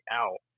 out